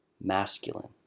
masculine